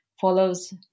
follows